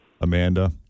Amanda